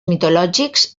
mitològics